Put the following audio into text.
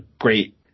great